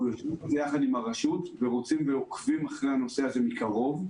אנחנו יושבים ביחד עם הרשות ועוקבים אחרי הנושא הזה מקרוב,